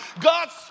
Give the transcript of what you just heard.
God's